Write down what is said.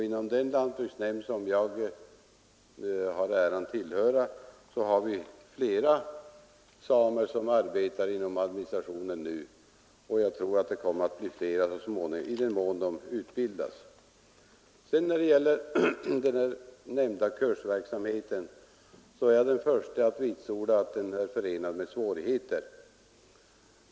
Inom den lantbruksnämnd som jag har äran tillhöra har vi samer som nu arbetar inom administrationen, och jag tror att det kommer att bli flera så småningom i den mån administrationen utvidgas. När det gäller den nämnda kursverksamheten är jag den förste att vitsorda att den är förenad med svårigheter.